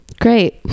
Great